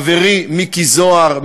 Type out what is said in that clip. חברי מיקי זוהר,